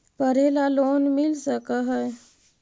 पढ़े ला लोन मिल है?